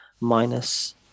minus